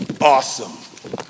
Awesome